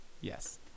Yes